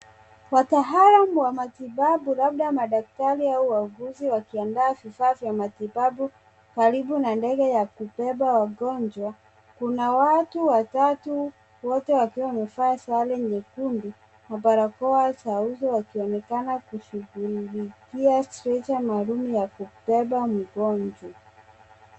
Wataalamu wa matibabu labda madaktari au wauguzi wakiandaa vifaa vya matibabu karibu na ndege ya kubeba wagonjwa. Kuna watu watatu wote wakiwa wamevaa sare nyekundu na barakoa za uso wakionekana kushughulikia stretcher maalum ya kubeba mgonjwa.